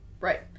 Right